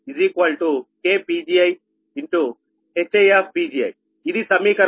HiPgiఇది సమీకరణం 2